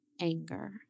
anger